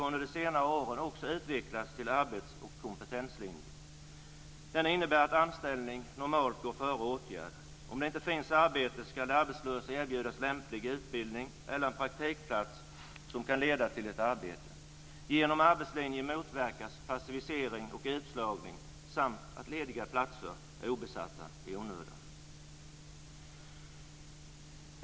Under senare år har den också utvecklats till en arbets och kompetenslinje. Linjen innebär att ett arbete normalt går före en åtgärd. Om det inte finns något arbete ska den arbetslöse erbjudas en lämplig utbildning eller en praktikplats som kan leda till ett arbete. Genom arbetslinjen motverkas passivisering och utslagning, liksom att lediga platser är obesatta i onödan.